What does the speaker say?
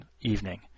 evening